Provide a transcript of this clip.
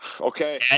Okay